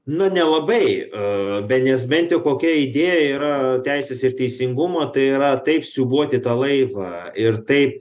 nu nelabai a be nes bent jau kokia idėja yra teisės ir teisingumo tai yra taip siūbuoti tą laivą ir taip